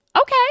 Okay